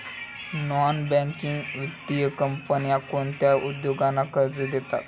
Non banking वित्तीय कंपन्या कोणत्या उद्योगांना कर्ज देतात?